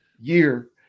year